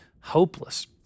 hopeless